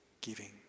giving